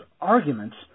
arguments